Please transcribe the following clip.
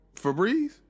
Febreze